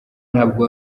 ntabwo